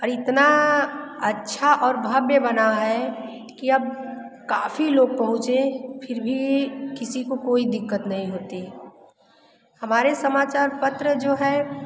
और इतना अच्छा और भव्य बना है कि अब काफ़ी लोग पहुंचे फिर भी किसी को कोई दिक़्क़त नहीं होती हमारे समाचार पत्र जो हैं